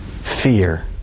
Fear